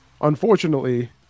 unfortunately